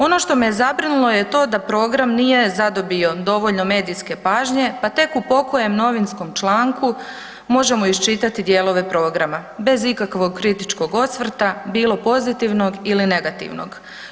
Ono što me je zabrinulo je to da program nije zadobio dovoljno medijske pažnje, pa tek u pokojem novinskom članku možemo iščitati dijelove programa bez ikakvog kritičkog osvrta bilo pozitivnog ili negativnog.